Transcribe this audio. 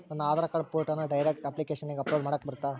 ನನ್ನ ಆಧಾರ್ ಕಾರ್ಡ್ ಫೋಟೋನ ಡೈರೆಕ್ಟ್ ಅಪ್ಲಿಕೇಶನಗ ಅಪ್ಲೋಡ್ ಮಾಡಾಕ ಬರುತ್ತಾ?